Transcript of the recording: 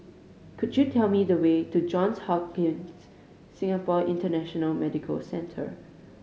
could you tell me the way to Johns Hopkins Singapore International Medical Centre